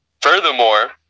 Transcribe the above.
Furthermore